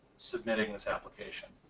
submitting this application?